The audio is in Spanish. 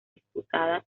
disputada